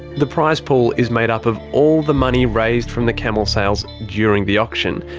the prize pool is made up of all the money raised from the camel sales during the auction.